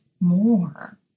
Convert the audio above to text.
more